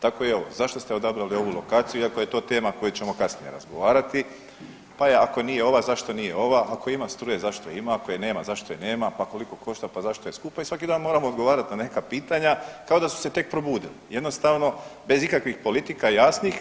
Tako i ovo, zašto ste odabrali ovu lokaciju iako je to tema o kojoj ćemo kasnije razgovarati, pa i ako nije ova zašto nije ova, ako ima struje zašto je ima, ako je nema zašto je nema, pa koliko košta, pa zašto je skupa i svaki dan moramo odgovarat na neka pitanja kao da su se tek probudili, jednostavno bez ikakvih politika jasnih.